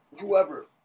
Whoever